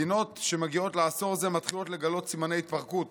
מדינות שמגיעות לעשור הזה מתחילות לגלות סימני התפרקות